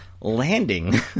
landing